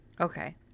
Okay